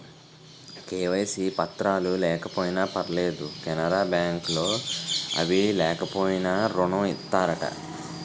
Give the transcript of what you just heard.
KYC పత్రాలు లేకపోయినా పర్లేదు కెనరా బ్యాంక్ లో అవి లేకపోయినా ఋణం ఇత్తారట